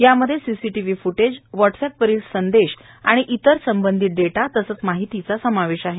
त्यामध्ये CCTV footage व्हॉट्सएपवरील संदेश आणि इतर संबंधित डेटा तसंच माहितीचा समावेश आहे